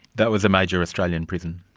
that was a major australian prison?